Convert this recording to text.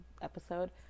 episode